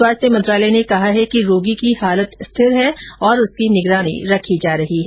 स्वास्थ्य मंत्रालय ने कहा है कि रोगी की हालत स्थिर है और उसकी निगरानी रखी जा रही है